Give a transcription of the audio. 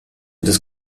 des